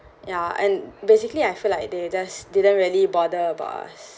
ya and basically I feel like they just didn't really bother about us